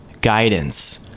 guidance